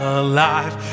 alive